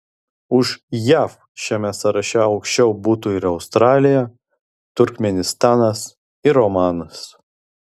už jav šiame sąraše aukščiau būtų ir australija turkmėnistanas ir omanas